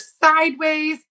sideways